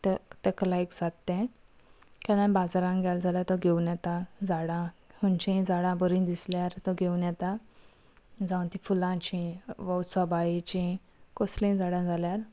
ते ताका लायक जाता ते केन्ना बाजारान गेल जाल्यार तो घेवन येता झाडां खंयचीय झाडां बरी दिसल्यार तो घेवन येता जावं ती फुलांची वा सोबायेचीं कसलीय झाडां जाल्यार